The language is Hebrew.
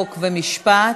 חוק ומשפט.